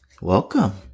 Welcome